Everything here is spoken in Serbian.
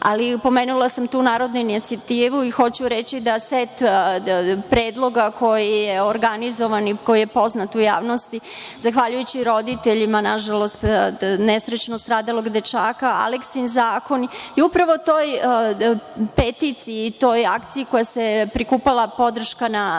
Ali, pomenula sam tu narodnu inicijativu i hoću reći da set predloga koji je organizovan i koji je poznat u javnosti zahvaljujući roditeljima nažalost nesrećno stradalog dečaka, Aleksin zakon i upravo toj peticiji i toj akciji koja se prikupljala podrškom na